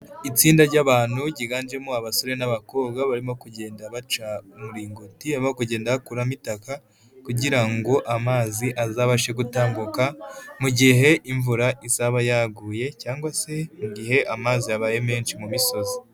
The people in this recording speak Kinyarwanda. Itsinda ry'abantu ryiganjemo abasore n'abakobwa barimo kugenda baca umuringoti, barimo kugenda bakuramo itaka kugira ngo amazi azabashe gutambuka mu gihe imvura izaba yaguye cyangwa se mu gihe amazi yabaye menshi mu misozi.